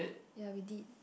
ya we did